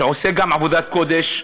שעושה גם עבודת קודש,